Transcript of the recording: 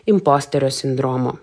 imposterio sindromo